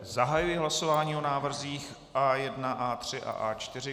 Zahajuji hlasování o návrzích A1, A3 a A4.